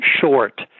short